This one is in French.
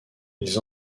ils